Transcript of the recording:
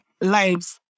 lives